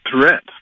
threat